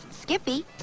skippy